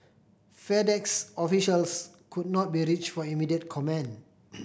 FedEx officials could not be reached for immediate comment